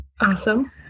Awesome